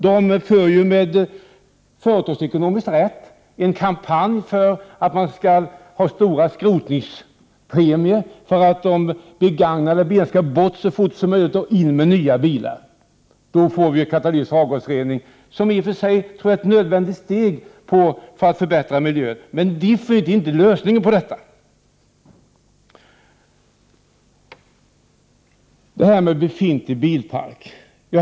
Med företagsekonomisk rätt förs en kampanj för höga skrotningspremier, för att begagnade bilar så fort som möjligt skall komma bort, till förmån för nya bilar. Sedan får vi katalytisk avgasrening. I och för sig tror jag att det är ett nödvändigt steg för att kunna åstadkomma en förbättring av miljön. Men det är inte detsamma som att vi har lösningen på detta problem. Så till detta med den befintliga bilparken.